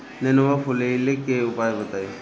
नेनुआ फुलईले के उपाय बताईं?